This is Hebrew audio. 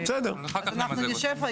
אנחנו נשב.